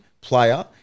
player